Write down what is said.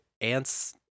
ants